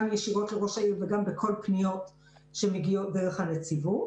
גם ישירות לראש העיר וגם בכל הפניות שמגיעות דרך הנציבות,